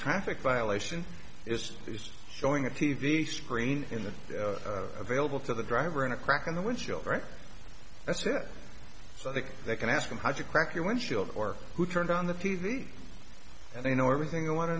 traffic violation is just showing a t v screen in the available to the driver and a crack in the windshield right that's it so that they can ask them how to crack your windshield or who turned on the t v and you know everything you want to